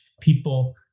people